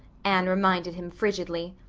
anne reminded him frigidly.